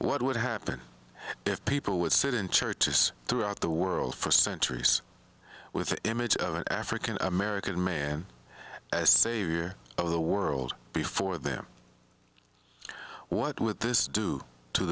what would happen if people would sit in churches throughout the world for centuries with the image of an african american man savior of the world before them what with this due to